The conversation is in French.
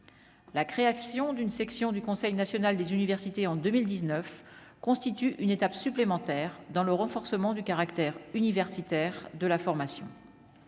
la création d'une section du Conseil national des universités en 2019 constitue une étape supplémentaire dans le renforcement du caractère universitaire de la formation,